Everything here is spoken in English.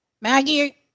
Maggie